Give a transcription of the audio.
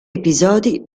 episodi